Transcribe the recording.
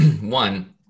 One